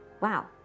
Wow